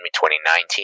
2019